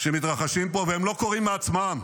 שמתרחשים פה, והם לא קורים מעצמם.